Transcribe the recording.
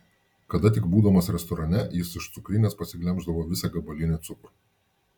kada tik būdamas restorane jis iš cukrinės pasiglemždavo visą gabalinį cukrų